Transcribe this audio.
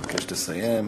אחכה שתסיים.